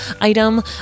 item